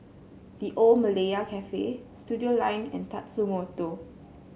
The Old Malaya Cafe Studioline and Tatsumoto